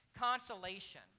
consolation